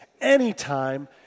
anytime